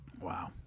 Wow